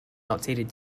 outdated